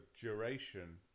duration